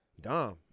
Dom